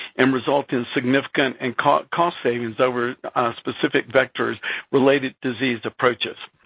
and result in significant and cost cost savings over specific vectors' related disease approaches.